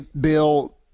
Bill